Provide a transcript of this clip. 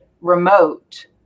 remote